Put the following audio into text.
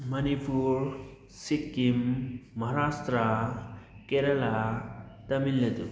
Manipur Sikkim Maharashtra Kerala Tamil Nadu